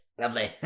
Lovely